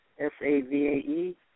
S-A-V-A-E